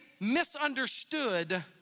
misunderstood